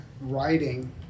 writing